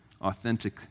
authentic